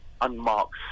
unmarked